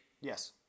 Yes